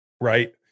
Right